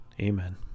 Amen